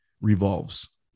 revolves